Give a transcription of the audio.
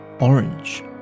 orange